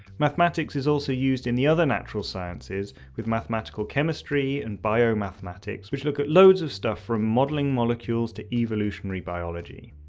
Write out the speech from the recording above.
mathematics is also used in the other natural sciences with mathematical chemistry and biomathematics which look at loads of stuff from modelling molecules to evolutionary biology.